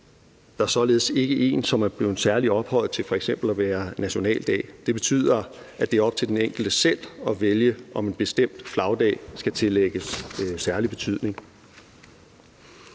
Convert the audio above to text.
Der er således ikke én, som er blevet særligt ophøjet til f.eks. at være nationaldag. Det betyder, at det er op til den enkelte selv at vælge, om en bestemt flagdag skal tillægges særlig betydning.